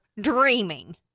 dreaming